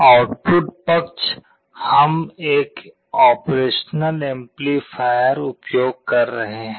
output पक्ष हम एक ऑपरेशनल एम्पलीफायर उपयोग कर रहे हैं